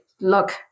look